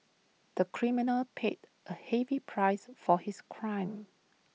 the criminal paid A heavy price for his crime